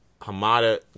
Hamada